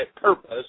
purpose